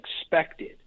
expected